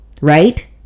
Right